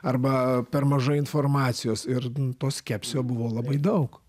arba per mažai informacijos ir to skepsio buvo labai daug